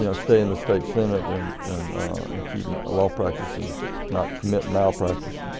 you know stay in the state senate and and and keep my law practice and not commit malpractice.